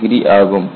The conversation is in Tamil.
62° ஆகும்